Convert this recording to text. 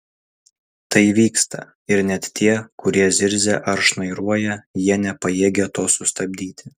tai vyksta ir net tie kurie zirzia ar šnairuoja jie nepajėgia to sustabdyti